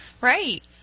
Right